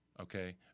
okay